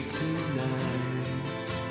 tonight